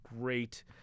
great